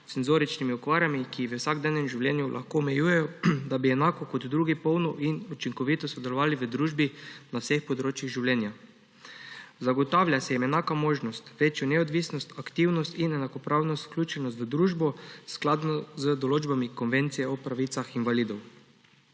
senzoričnimi okvarami, ki jih v vsakdanjem življenju lahko omejujejo, da bi enako kot drugi polno in učinkovito sodelovali v družbi na vseh področjih življenja. Zagotavlja se jim enaka možnost, večja neodvisnost, aktivnost in enakopravnost, vključenost v družbo, skladno z določbami Konvencije o pravicah invalidov.